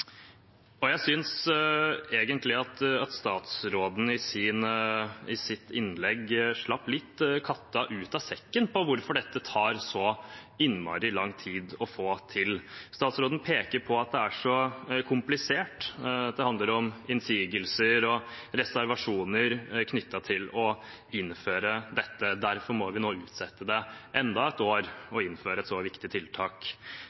Jeg synes egentlig at statsråden i sitt innlegg slapp katta litt ut av sekken når det gjelder hvorfor dette tar så innmari lang tid å få til. Statsråden peker på at det er så komplisert, det handler om innsigelser og reservasjoner knyttet til å innføre dette, og at vi derfor nå må utsette enda et år å innføre et så viktig tiltak.